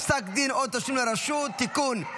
פסק דין או תשלום לרשות) (תיקון,